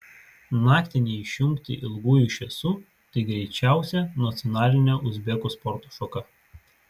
naktį neišjungti ilgųjų šviesų tai greičiausia nacionalinė uzbekų sporto šaka